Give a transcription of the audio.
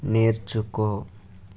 నేర్చుకో